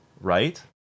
right